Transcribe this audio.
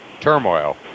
turmoil